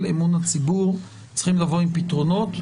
אמון הציבור צריכים לבוא עם פתרונות.